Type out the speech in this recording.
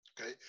okay